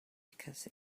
because